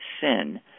sin